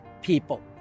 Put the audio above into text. People